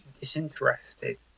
disinterested